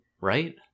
Right